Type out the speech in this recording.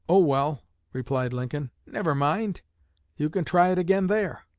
oh, well replied lincoln, never mind you can try it again there